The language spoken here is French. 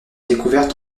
découverte